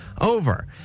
over